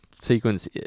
sequence